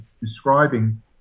describing